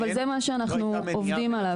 אבל זה מה שאנחנו עובדים עליו.